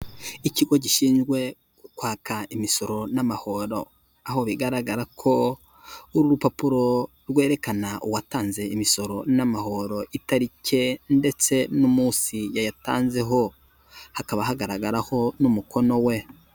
Ikigo gishinzwe kwaka imisoro n'amahoro aho bigaragara ko uru rupapuro rwerekana uwatanze imisoro n'amahoro itariki ndetse n'umunsi yayatanzeho hakaba hagaragaraho n'umukono we.